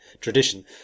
tradition